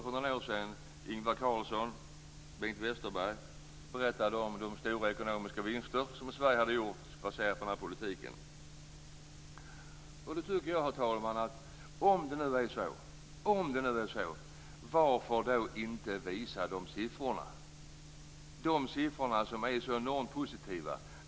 För några år sedan berättade Ingvar Carlsson och Bengt Westerberg om de stora ekonomiska vinster som Sverige gjort baserad på denna politik. Herr talman! Om det är så, varför inte visa de siffror som är så enormt positiva?